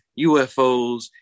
UFOs